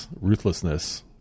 ruthlessness